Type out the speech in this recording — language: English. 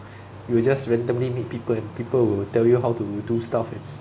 you will just randomly meet people and people will tell you how to do stuff and